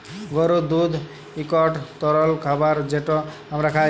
গরুর দুহুদ ইকট তরল খাবার যেট আমরা খাই